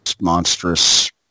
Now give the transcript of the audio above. monstrous